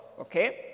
okay